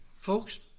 Folks